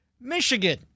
Michigan